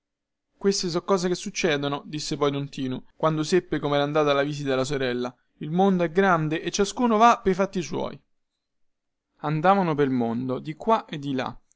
queste son cose che succedono disse poi don tinu quando seppe comera andata la visita alla sorella il mondo è grande e ciascuno va pei fatti suoi andavano pel mondo di qua e di là